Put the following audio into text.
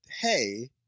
hey